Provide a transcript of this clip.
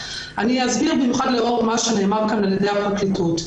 אני אסביר במיוחד לאור מה שנאמר כאן על ידי הפרקליטות.